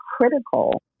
critical